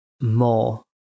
more